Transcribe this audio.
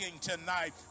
tonight